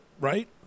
right